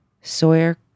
Sawyer